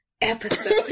episode